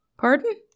Pardon